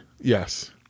Yes